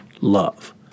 love